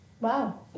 Wow